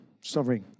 Sorry